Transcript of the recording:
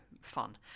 fun